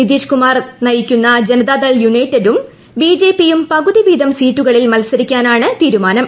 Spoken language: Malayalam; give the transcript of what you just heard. നിതീഷ്കുമാർ നയിക്കുന്ന ജനതാദൾ യുണൈറ്റഡും ബി ജെ പിയും പകുതിവീതം സീറ്റുകളിൽ മത്സരിക്കാനാണ് തീരുമാനം